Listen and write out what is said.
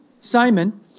Simon